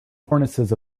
cornices